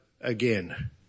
again